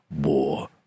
war